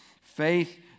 Faith